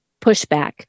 pushback